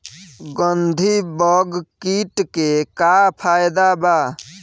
गंधी बग कीट के का फायदा बा?